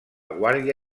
guàrdia